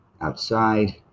outside